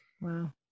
wow